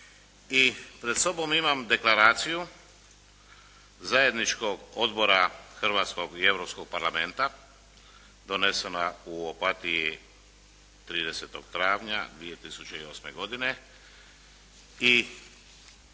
i pred sobom imam deklaraciju Zajedničkog odbora hrvatskog i europskog parlamenta donesena u Opatiji 30. travnja 2008. godine